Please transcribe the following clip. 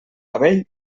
cabell